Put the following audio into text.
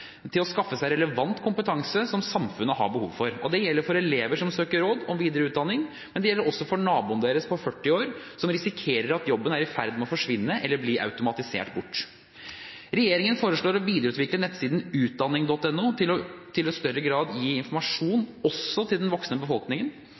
å skaffe seg relevant kompetanse som samfunnet har behov for. Det gjelder for elever som søker råd om videre utdanning, men det gjelder også for naboen deres på 40 år som risikerer at jobben er i ferd med å forsvinne eller bli automatisert bort. Regjeringen foreslår å videreutvikle nettsiden utdanning.no til i større grad å gi informasjon også til